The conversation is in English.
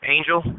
Angel